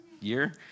year